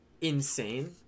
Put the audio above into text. insane